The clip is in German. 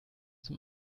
zum